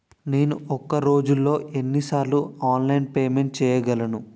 నేను ఒక రోజులో ఎన్ని సార్లు ఆన్లైన్ పేమెంట్ చేయగలను?